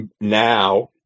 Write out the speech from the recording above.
now